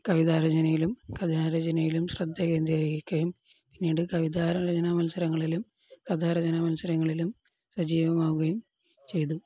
കവിതാരചനയിലും കഥാരചനയിലും ശ്രദ്ധ കേന്ദ്രീകരിക്കുകയും പിന്നീട് കവിത രചനാ മത്സരങ്ങളിലും കഥാരചനാ മത്സരങ്ങളിലും സജീവമാവുകയും ചെയ്തു